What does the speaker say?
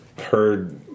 heard